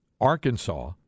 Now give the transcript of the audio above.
Arkansas